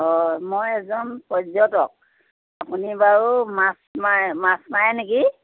অঁ মই এজন পৰ্যটক আপুনি বাৰু মাছ মাৰে মাছ মাৰে নেকি